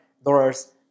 dollars